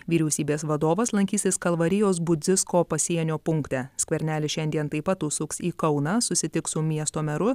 vyriausybės vadovas lankysis kalvarijos budzisko pasienio punkte skvernelis šiandien taip pat užsuks į kauną susitiks su miesto meru